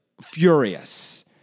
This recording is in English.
furious